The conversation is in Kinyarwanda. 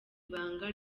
ibanga